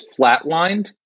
flatlined